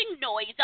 noise